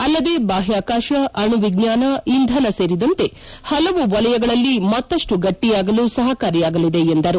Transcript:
ಅಲ್ಲದೆ ಬಾಹ್ವಾಕಾಶ ಅಣು ವಿಜ್ಞಾನ ಇಂಧನ ಸೇರಿದಂತೆ ಹಲವು ವಲಯಗಳಲ್ಲಿ ಮತ್ತಪ್ಪು ಗಟ್ಟಿಯಾಗಲು ಸಹಕಾರಿಯಾಗಲಿದೆ ಎಂದರು